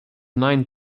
nine